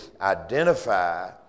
identify